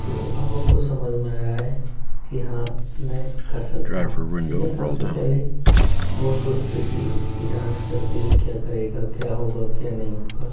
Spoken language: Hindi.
तो अब उनको समझ में आया है कि हाँ मै कर सकता हूँ लेकिन अब से पहले वो सोचते थे कि डांस करके क्या करेगा क्या होगा क्या नहीं होगा